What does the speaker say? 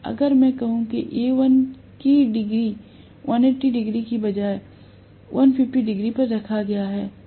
अगर मैं कहूं कि Al को 180 डिग्री के बजाय 150 डिग्री पर रखा गया है